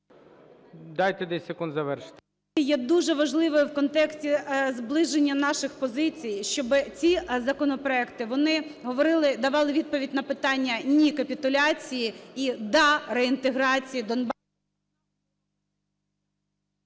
Дайте 10 секунд завершити.